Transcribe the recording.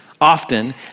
Often